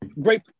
great